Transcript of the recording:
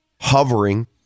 hovering